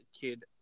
kid